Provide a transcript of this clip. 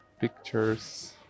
pictures